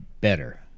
better